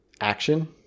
action